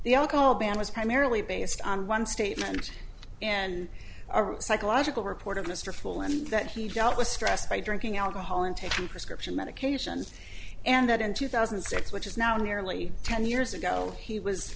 the alcohol ban was primarily based on one statement and our psychological report of mr full and that he dealt with stress by drinking alcohol and taking prescription medications and that in two thousand and six which is now nearly ten years ago he was